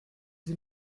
sie